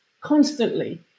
constantly